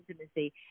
intimacy